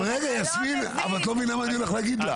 את לא מבינה מה אני הולך להגיד לך.